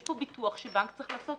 יש פה ביטוח שהבנק צריך לעשות,